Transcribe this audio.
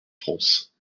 france